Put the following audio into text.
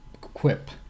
quip